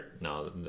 No